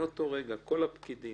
מאותו רגע כל הפקידים,